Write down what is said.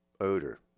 Odor